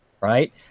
right